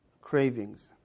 cravings